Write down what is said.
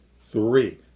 Three